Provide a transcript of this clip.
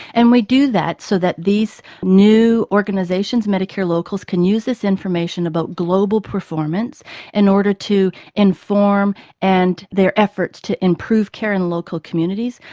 and we do that so that these new organisations, medicare locals, can use this information about global performance in order to inform and their efforts to improve care in local communities.